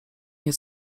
nie